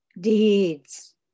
deeds